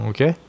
Okay